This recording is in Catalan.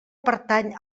pertany